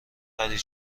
پری